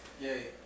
yay